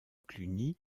cluny